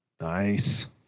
Nice